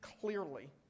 clearly